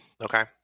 okay